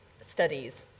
studies